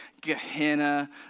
Gehenna